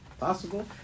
possible